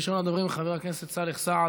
ראשון הדוברים הוא חבר הכנסת סאלח סעד.